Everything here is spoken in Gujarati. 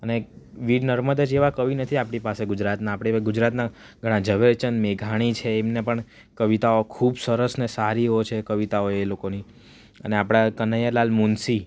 અને વીર નર્મદ જ એવા કવિ નથી આપણી પાસે ગુજરાતના આપણે હવે ગુજરાતના ઘણા ઝવેરચંદ મેઘાણી છે એમણે પણ કવિતાઓ ખૂબ સરસ ને સારી હોય છે કવિતાઓ એ લોકોની અને આપણા કનૈયાલાલ મુનશી